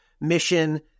mission